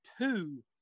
two